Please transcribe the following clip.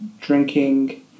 drinking